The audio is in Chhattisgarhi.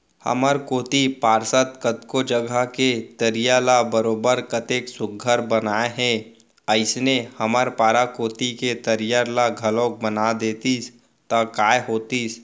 हमर कोती पार्षद कतको जघा के तरिया ल बरोबर कतेक सुग्घर बनाए हे अइसने हमर पारा कोती के तरिया ल घलौक बना देतिस त काय होतिस